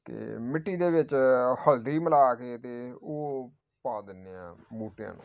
ਕਿ ਮਿੱਟੀ ਦੇ ਵਿੱਚ ਹਲਦੀ ਮਿਲਾ ਕੇ ਅਤੇ ਉਹ ਪਾ ਦਿੰਦੇ ਹਾਂ ਬੂਟਿਆਂ ਨੂੰ